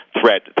threat